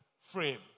frame